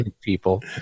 People